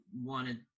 wanted